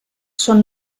són